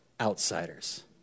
outsiders